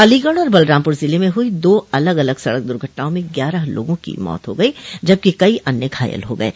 अलीगढ़ और बलरामपुर जिलें में हुई दो अलग अलग सड़क द्र्घटनाओं में ग्यारह लोगों की मौत हो गई जबकि कई अन्य घायल हो गये